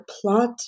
plot